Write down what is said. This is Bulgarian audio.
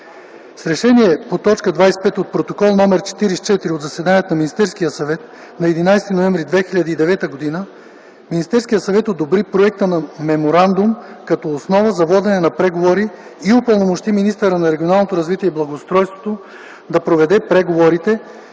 С решение по т. 25 от Протокол № 44 от заседанието на Министерския съвет на 11 ноември 2009 г. Министерският съвет одобри проекта на меморандум като основа за водене на преговори и упълномощи министъра на регионалното развитие и благоустройството да проведе преговорите